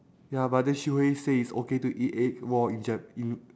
ya but they straightaway say it's okay to eat egg raw in jap~ in